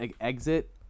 exit